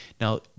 now